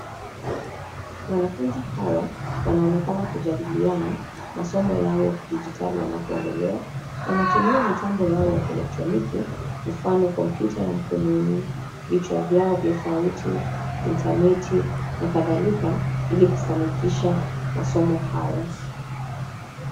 Wanafunzi hawa wanaonekana kujadiliana, masomo yao ya kidijitali yanapoendelea wanatumia mitambo yao ya kieletroniki mfano kompyuta ya mkononi, vichwa vyao vya sauti, intaneti na kadhalika ili kufanikisha masomo haya.